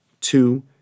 two